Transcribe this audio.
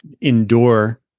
endure